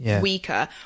weaker